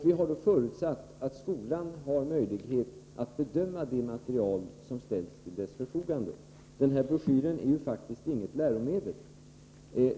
Vi har förutsatt att skolan har möjlighet att bedöma det material som ställs till dess förfogande. Den här broschyren är ju faktiskt inget läromedel.